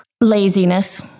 Laziness